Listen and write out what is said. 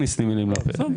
מילים לפה.